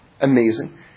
amazing